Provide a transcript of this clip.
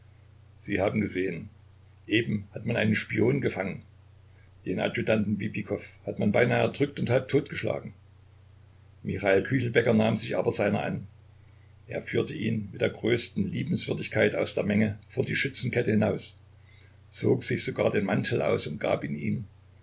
sie haben gesehen eben hat man einen spion gefangen den adjutanten bibikow hat man beinahe erdrückt und halbtot geschlagen michal küchelbäcker nahm sich aber seiner an er führte ihn mit der größten liebenswürdigkeit aus der menge vor die schützenkette hinaus zog sich sogar den mantel aus und gab ihn ihm